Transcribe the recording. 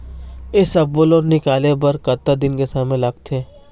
ये सब्बो लोन निकाले बर कतका दिन के समय लगथे?